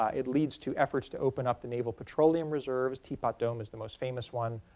ah it leads to efforts to open up the naval petroleum reserves. teapot dome is the most famous one,